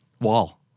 Wall